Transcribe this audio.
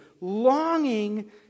longing